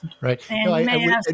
Right